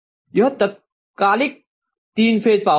यह तात्कालिक तीन फेज पावर होगी